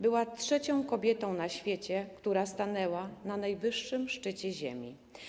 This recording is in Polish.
Była trzecią kobietą na świecie, która stanęła na najwyższym szczycie ziemi.